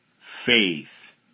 faith